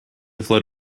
float